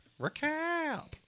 recap